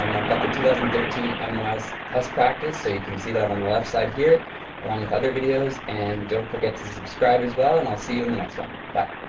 and i've got the two thousand and thirteen mos test practice, so you can see that on the left side here along with other videos. and don't forget to subscribe as well, and i'll see you in the next one. but